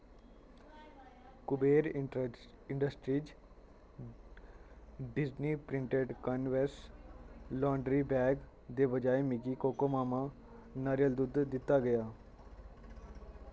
Kuber industries Disney printed canvas laundry bag दे बजाए मिगी कोकोमाम नारियल दुद्ध दित्ता गेआ